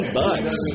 bucks